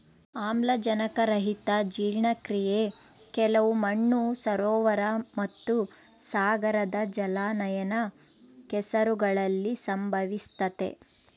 ಆಮ್ಲಜನಕರಹಿತ ಜೀರ್ಣಕ್ರಿಯೆ ಕೆಲವು ಮಣ್ಣು ಸರೋವರ ಮತ್ತುಸಾಗರದ ಜಲಾನಯನ ಕೆಸರುಗಳಲ್ಲಿ ಸಂಭವಿಸ್ತತೆ